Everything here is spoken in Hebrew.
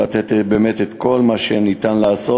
לתת באמת את כל מה שניתן לעשות.